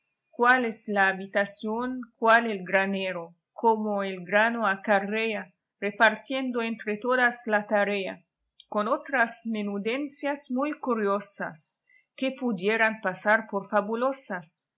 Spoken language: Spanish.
cuál es la habitación cuál el granero cómo el grano acarrea repartiendo entre todas la tarea con otras menudencias muy curiosas que pudieran pasar por fabulosas